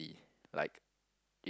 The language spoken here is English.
like if